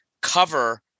cover